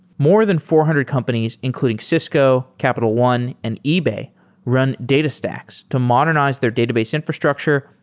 more than four hundred companies, including cisco, capital one, and ebay run datas tax to modernize their database infrastructure,